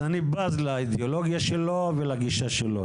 אני בז לאידיאולוגיה שלו ולגישה שלו.